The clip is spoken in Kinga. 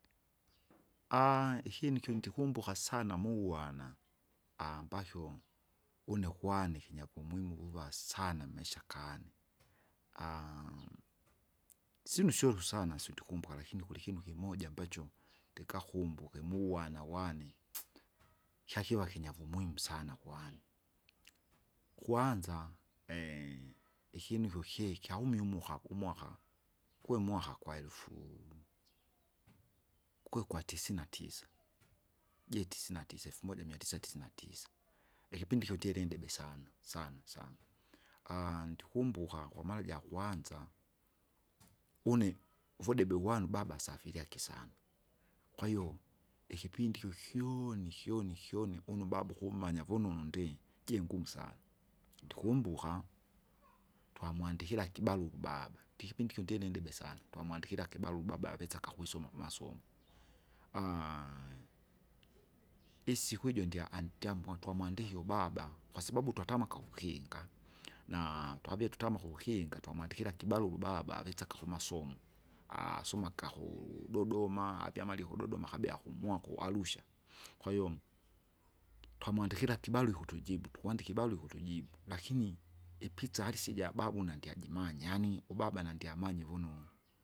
ikinu kyondikumbuka sana muwana, ambakyo kwane kinyakumuhimu kuva sana maisha gane, syinu syolusu sana syondikumbuka lakini likini kulikinu kimoja amabcho, ndingakumbuke muwana wane. Kyakiva kinyavumuhimu sana kwane. Kwanza, ikyinu kyokiki kyauhumie umuka kumwaka, gwemwaka gwaelufu, gwekwatisina natisa, tisina tisa efumoja miatisa tisina tisa. Ikipindi ikyo utiele indebe sana sana sana, ndikumbuka kwamara jakwanza, une uvudebe wanu baba asafiriaki sana, kwahiyo ikipindi kyokyoni kyoni kyoniune ubaba ukumanaya vununu ndi njingumu sana. Ndikumbuka, twamwandikilaga kibaruku baba, tikipindi ikyo ndilindebe sana, twamandikira ikibaru baba avesa kakukwisoma kumasomo. isiku ijo ndya antyamua tukamwandikile ubaba, kwasababu twatamaka kukinga, naa twavie tutama kukinga twamwandikira kibarua barua ubaba avisaka kumasomo, aasoma gaku Dodoma avia amalie akabia akumua ku Arusha. Kwahiyo twamwandikira kibarua ukutujibu tukwandika ibarua ukutujibu, lakini ipitsa harisi ijababu nandyajimanya yaani ubaba nandyamanye vunonu.